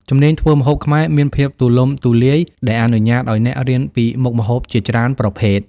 ជំនាញធ្វើម្ហូបខ្មែរមានភាពទូលំទូលាយ ដែលអនុញ្ញាតឱ្យអ្នករៀនពីមុខម្ហូបជាច្រើនប្រភេទ។